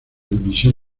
división